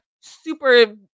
super